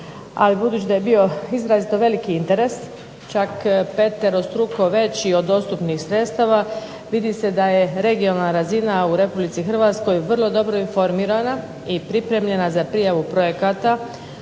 budući da je bio izrazito veliki interes, čak peterostruko veći od dostupnih sredstava vidi se da je regionalna razina u Republici Hrvatskoj vrlo dobro informirana i pripremljena za prijavu projekata